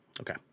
Okay